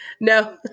No